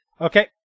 Okay